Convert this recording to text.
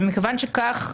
וכיוון שכך,